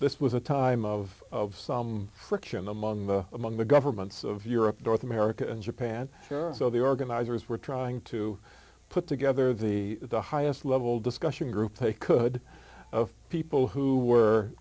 this was a time of of some friction among the among the governments of europe north america and japan so the organizers were trying to put together the highest level discussion group they could of people who were